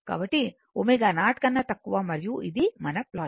కాబట్టి ω 0 కన్నా తక్కువ మరియు ఇది మన ప్లాట్